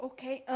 Okay